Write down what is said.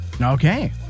Okay